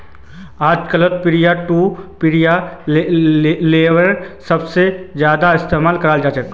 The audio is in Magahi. आजकल पियर टू पियर लेंडिंगेर सबसे ज्यादा इस्तेमाल कराल जाहा